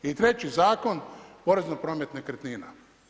I treći Zakon, porez na promet nekretnina.